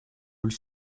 роль